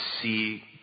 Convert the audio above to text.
see